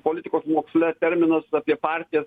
politikos moksle terminas apie partijas